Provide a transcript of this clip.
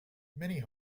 many